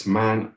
man